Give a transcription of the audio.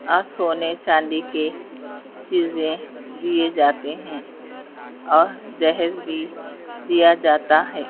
اور سونے چاندی کے چیزیں دیے جاتے ہیں اور جہیز بھی دیا جاتا ہے